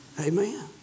Amen